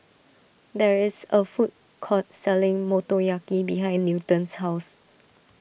there is a food court selling Motoyaki behind Newton's house